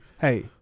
Hey